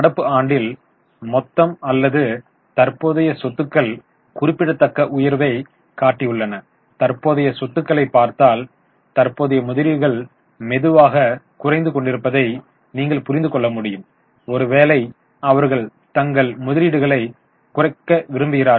நடப்பு ஆண்டில் மொத்தம் அல்லது தற்போதைய சொத்துக்கள் குறிப்பிடத்தக்க உயர்வைக் காட்டியுள்ளன தற்போதைய சொத்துக்களைப் பார்த்தால் தற்போதைய முதலீடுகள் மெதுவாகக் குறைந்து கொண்டிருப்பதை நீங்கள் புரிந்து கொள்ள முடியும் ஒருவேளை அவர்கள் தங்கள் முதலீடுகளை குறைக்க விரும்புகிறார்கள்